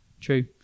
True